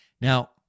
Now